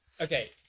okay